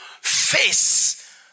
face